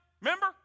Remember